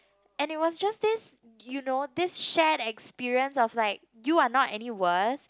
and it was just this you know this shared experience of like you are not any worse